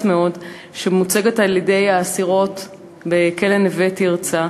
מאוד שמוצגת על-ידי אסירות בכלא "נווה תרצה".